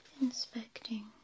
inspecting